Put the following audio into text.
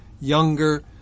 younger